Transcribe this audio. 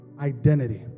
identity